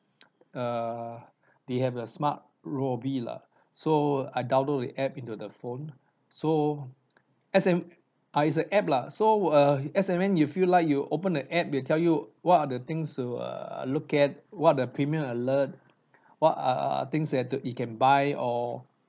err they have the smart robi lah so I download the app into the phone so as an ah it's an app lah so uh as and when you feel like you open the app they will tell you what are the things to err look at what are the premium alert what are the things that to you can buy or